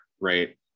right